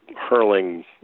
hurling